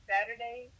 Saturday